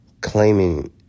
Claiming